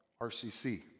RCC